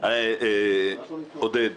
עודד,